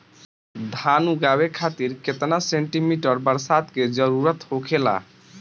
धान उगावे खातिर केतना सेंटीमीटर बरसात के जरूरत होखेला?